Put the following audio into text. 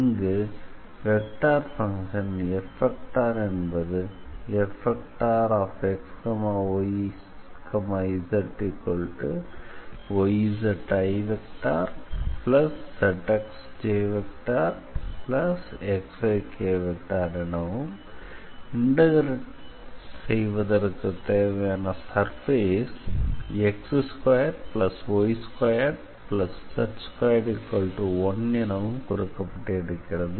இங்கு vector function F என்பது Fxyzyzizxjxyk எனவும் இன்டெக்ரேட் செய்வதற்கு தேவையான சர்ஃபேஸ் x2y2z21 எனவும் கொடுக்கப்பட்டிருக்கிறது